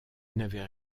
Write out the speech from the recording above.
n’avait